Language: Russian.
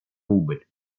убыль